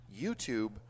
YouTube